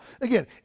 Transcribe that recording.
again